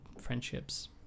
friendships